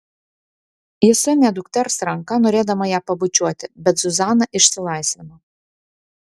ji suėmė dukters ranką norėdama ją pabučiuoti bet zuzana išsilaisvino